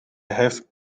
heeft